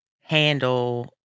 handle